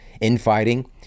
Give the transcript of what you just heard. infighting